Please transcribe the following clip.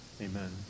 Amen